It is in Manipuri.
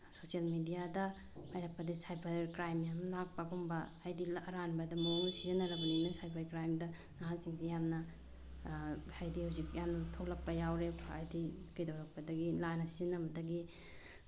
ꯁꯣꯁꯦꯜ ꯃꯦꯗꯤꯌꯥꯗ ꯄꯥꯏꯔꯛꯄꯗꯒꯤ ꯁꯥꯏꯕꯔ ꯀ꯭ꯔꯥꯏꯝ ꯌꯥꯝ ꯂꯥꯛꯄꯒꯨꯝꯕ ꯍꯥꯏꯗꯤ ꯑꯔꯥꯟꯕꯗ ꯃꯑꯣꯡꯗ ꯁꯤꯖꯤꯟꯅꯔꯕꯅꯤꯅ ꯁꯥꯏꯕꯔ ꯀ꯭ꯔꯥꯏꯝꯗ ꯅꯍꯥꯁꯤꯡꯁꯤ ꯌꯥꯝꯅ ꯍꯥꯏꯗꯤ ꯍꯧꯖꯤꯛ ꯌꯥꯝ ꯊꯣꯛꯂꯛꯄ ꯌꯥꯎꯔꯦ ꯍꯥꯏꯗꯤ ꯀꯩꯗꯧꯔꯛꯄꯗꯒꯤ ꯂꯥꯟꯅ ꯁꯤꯖꯤꯟꯅꯕꯗꯒꯤ